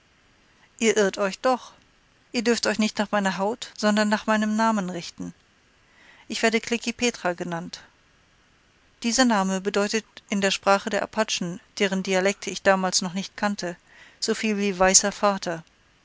ihr irrt euch doch ihr dürft euch nicht nach meiner haut sondern nach meinem namen richten ich werde klekih petra genannt dieser name bedeutet in der sprache der apachen deren dialekte ich damals noch nicht kannte so viel wie weißer vater